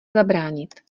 zabránit